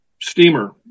steamer